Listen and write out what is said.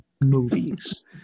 movies